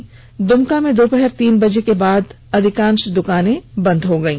वहीं दुमका में दोपहर तीन बजे के बाद अधिकांश दुकानें बंद हो गयी